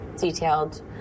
detailed